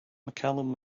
mccallum